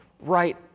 right